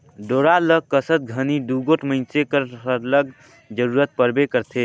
डोरा ल कसत घनी दूगोट मइनसे कर सरलग जरूरत परबे करथे